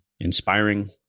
inspiring